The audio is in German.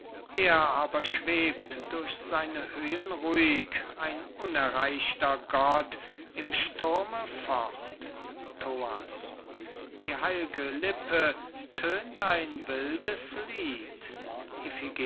er aber schwebt durch seine höhen ruhig ein unerreichter gott im sturme fort thoas die heil'ge lippe tönt ein wildes lied